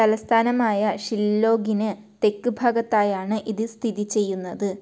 തലസ്ഥാനമായ ഷില്ലോഗിന് തെക്ക് ഭാഗത്തായാണ് ഇത് സ്ഥിതി ചെയ്യുന്നത്